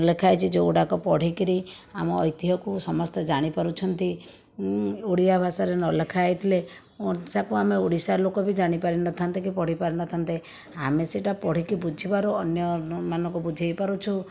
ଲେଖା ହୋଇଛି ଯୋଗୁଡ଼ାକ ପଢ଼ିକିରି ଆମ ଐତିହକୁ ସମସ୍ତେ ଜାଣିପାରୁଛନ୍ତି ଓଡ଼ିଆ ଭାଷାରେ ନ ଲେଖା ହୋଇଥିଲେ ତାକୁ ଆମେ ଓଡ଼ିଶା ଲୋକ ବି ଜାଣିପାରିନଥାନ୍ତେ କି ପଢ଼ିପାରିନଥାନ୍ତେ ଆମେ ସେହିଟା ପଢ଼ିକି ବୁଝିବାରୁ ଅନ୍ୟମାନଙ୍କୁ ବୁଝାଇପାରୁଛୁ